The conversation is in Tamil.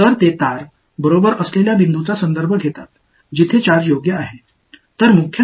எனவே பிரதான கோஆா்டினேட்ஸ் மூல புள்ளிகள் மற்றும் இங்கே இது பார்வையாளர் புள்ளி